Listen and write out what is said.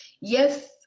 Yes